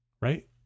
right